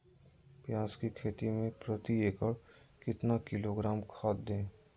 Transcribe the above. प्याज की खेती में प्रति एकड़ कितना किलोग्राम खाद दे?